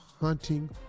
hunting